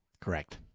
Correct